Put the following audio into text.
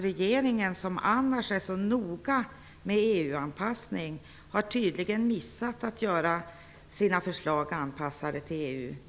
Regeringen, som annars är så noga med EU anpassningen, har i det här fallet tydligen missat att göra sina förslag anpassade till EU.